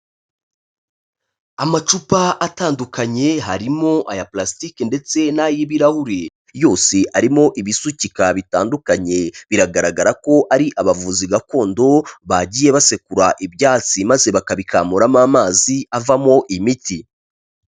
Amacupa atandukanye harimo aya purasitike ndetse n'ay'ibirahuri, yose arimo ibisukika bitandukanye, biragaragara ko ari abavuzi gakondo bagiye basekura ibyatsi maze bakabikamuramo amazi avamo imiti.